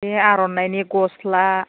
बे आरनाइनि गस्ला